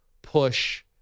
Push